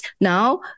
Now